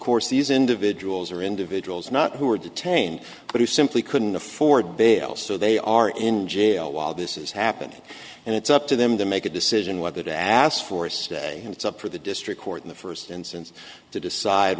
course these individuals or individuals not who are detained but who simply couldn't afford bail so they are in jail while this is happening and it's up to them to make a decision whether to ask for stay and it's up for the district court in the first instance to decide